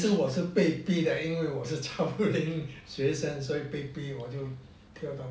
其实我是被逼的因为我是超龄学生所以被逼我就跳到